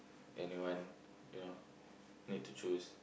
anyone you know need to choose